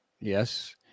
Yes